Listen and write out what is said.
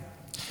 תודה רבה.